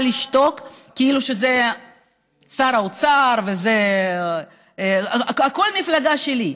לשתוק כי זה שר האוצר וזה הכול המפלגה שלי.